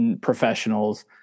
professionals